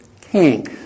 king